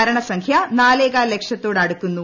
മരണസംഖ്യ നാലേകാൽ ലക്ഷത്തോട് അടുക്കുന്നു